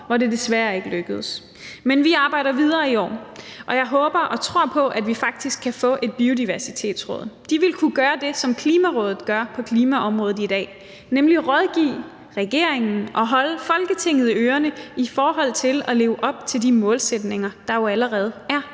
hvor det desværre ikke lykkedes. Men vi arbejder videre i år, og jeg håber og tror på, at vi faktisk kan få et biodiversitetsråd. De ville kunne gøre det, som Klimarådet gør på klimaområdet i dag, nemlig rådgive regeringen og holde Folketinget i ørerne i forhold til at leve op til de målsætninger, der jo allerede er,